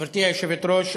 גברתי היושבת-ראש,